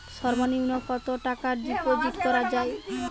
সর্ব নিম্ন কতটাকা ডিপোজিট করা য়ায়?